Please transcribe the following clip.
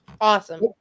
Awesome